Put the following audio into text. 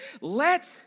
Let